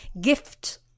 gift